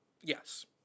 Yes